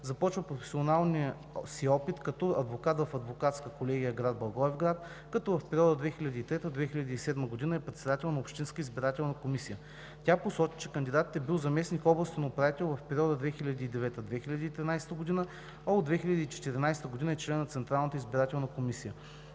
Започва кариерата си като адвокат в Адвокатска колегия – град Благоевград, като в периода 2003 – 2007 г. е председател на Общинска избирателна комисия. Тя посочи, че кандидатът е бил заместник областен управител в периода 2009 – 2013 г., а от 2014 г. е член на Централната избирателна комисия.